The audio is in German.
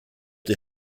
die